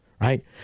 right